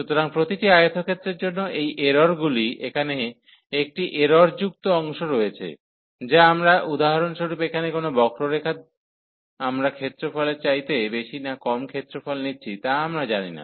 সুতরাং প্রতিটি আয়তক্ষেত্রের জন্য এই এরর গুলি এখানে একটি এরর যুক্ত অংশ রয়েছে যা আমরা উদাহরণস্বরূপ এখানে কোন বক্ররেখার আমরা ক্ষেত্রফলের চাইতে বেশী না কম ক্ষেত্রফল নিচ্ছি তা আমরা জানি না